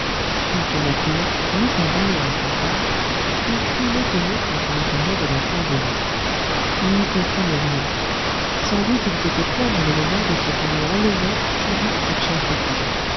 il tourna court mit un bâillon à sa femme et fit l'étonné quand on lui parlait de l'enfant volé il n'y comprenait rien sans doute il s'était plaint dans le moment de ce qu'on lui enlevait si vite cette chère petite